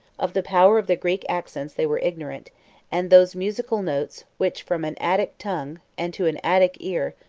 of the power of the greek accents they were ignorant and those musical notes, which, from an attic tongue, and to an attic ear,